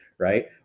Right